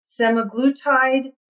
semaglutide